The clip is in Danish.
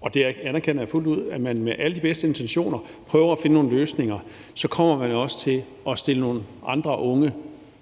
og det anerkender jeg fuldt ud – med alle de bedste intentioner prøver at finde nogle løsninger, også kommer til at stille nogle andre unge